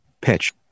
Pitch